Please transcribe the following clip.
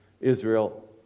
Israel